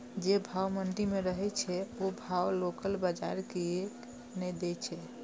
जे भाव मंडी में रहे छै ओ भाव लोकल बजार कीयेक ने दै छै?